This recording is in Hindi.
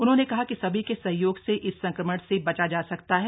उन्होंने कहा कि सभी के सहयोग से इस संक्रमण से बचा जा सकता है